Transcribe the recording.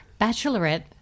Bachelorette